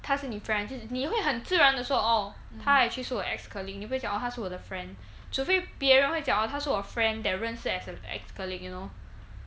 他是你 friend 就是你会很自然地说 oh 他 actually 是我 ex colleague 你不会讲 oh 他是我的 friend 除非别人会讲 oh 他是我 friend that 认识 as an ex colleague you know